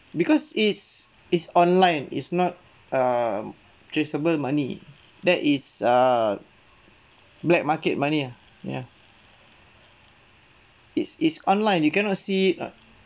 because is it's online it's not um traceable money that is err black market money ya it's it's online you cannot see it [what]